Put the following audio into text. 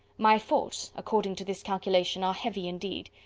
my faults, according to this calculation, are heavy indeed!